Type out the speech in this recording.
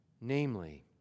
namely